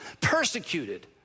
persecuted